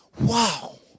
Wow